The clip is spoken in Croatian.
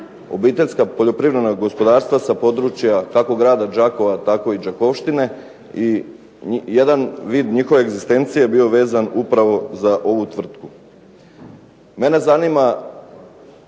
obiteljska poljoprivredna gospodarstva sa područja kako grada Đakova tako i đakovštine i jedan vid njihove egzistencije bio vezan upravo za ovu tvrtku. Mene zanima